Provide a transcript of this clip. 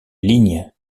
ligne